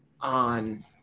on